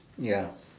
ya